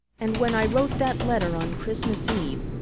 and when i wrote that letter on christmas eve,